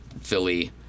Philly